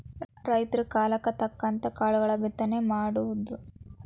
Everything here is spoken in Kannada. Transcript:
ರೈತರ ಕಾಲಕ್ಕ ತಕ್ಕಂಗ ಕಾಳುಗಳ ಬಿತ್ತನೆ ಮಾಡುದು